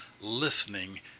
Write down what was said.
listening